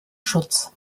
schutz